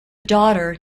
daughter